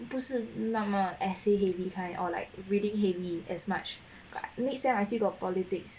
不是那么 essay heavy kind or like reading heavy as much because next year I still got politics